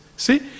See